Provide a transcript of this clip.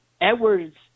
Edwards